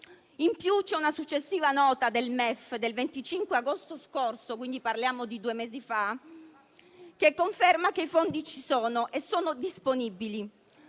inoltre una successiva nota del MEF del 25 agosto scorso, di due mesi fa, che conferma che i fondi ci sono e sono disponibili;